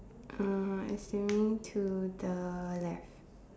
uh ascending to the left